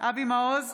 אבי מעוז,